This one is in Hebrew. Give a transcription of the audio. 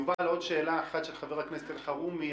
יובל, עוד שאלה של חבר הכנסת אלחרומי.